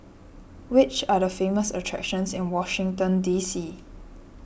which are the famous attractions in Washington D C